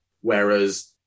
whereas